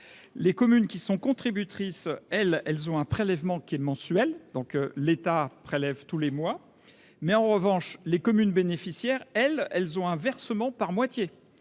les communes qui sont contributrices, elles, elles ont un prélèvement qui aide mensuel, donc l'État prélève tous les mois mais en revanche, les communes bénéficiaires, elles, elles ont un versement par moitié